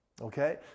Okay